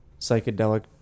psychedelic